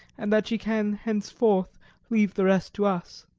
and that she can henceforth leave the rest to us.